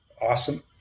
awesome